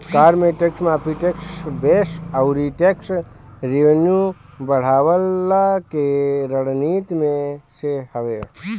कर में टेक्स माफ़ी, टेक्स बेस अउरी टेक्स रेवन्यू बढ़वला के रणनीति में से हवे